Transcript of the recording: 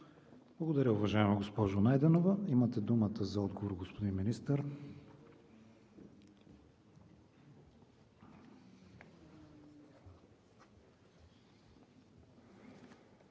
Благодаря, уважаеми господин Михайлов. Имате думата за отговор, господин Министър.